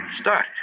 Start